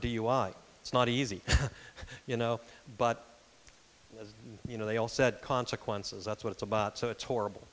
dui it's not easy you know but you know they all said consequences that's what it's about so it's horrible